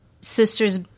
sisters